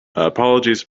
apologies